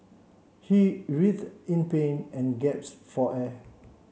he writhed in pain and guess for air